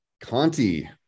Conti